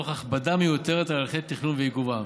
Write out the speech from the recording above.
תוך הכבדה מיותרת על הליכי התכנון ועיכובם,